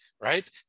right